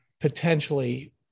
potentially